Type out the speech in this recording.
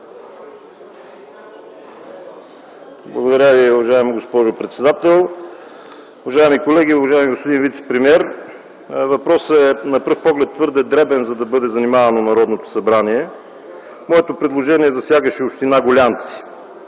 Благодаря Ви, уважаема госпожо председател. Уважаеми колеги, уважаеми господин вицепремиер! На пръв поглед въпросът е твърде дребен, за да бъде занимавано Народното събрание. Моето предложение засягаше община Гулянци.